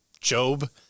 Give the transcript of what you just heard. Job